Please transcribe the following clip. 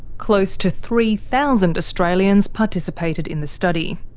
close to three thousand australians participated in the study.